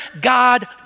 God